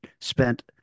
spent